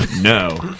No